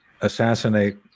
assassinate